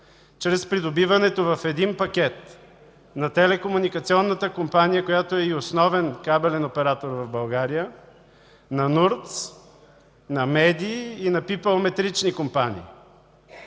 чрез придобиването в един пакет на Телекомуникационната компания, която е и основен кабелен оператор в България, на НУРТС, на медии и на пийпълметрични компании.